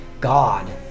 God